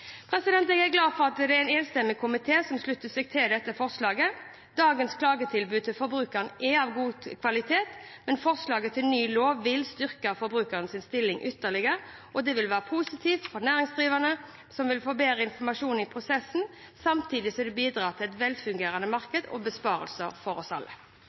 Jeg er glad for at det er en enstemmig komité som slutter seg til dette forslaget. Dagens klagetilbud til forbrukerne er av god kvalitet. Forslaget til ny lov vil styrke forbrukernes stilling ytterligere, og det vil være positivt for næringsdrivende, som vil få bedre informasjon i prosessen, samtidig som det bidrar til et velfungerende marked og besparelser for oss alle.